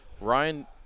ryan